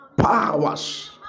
Powers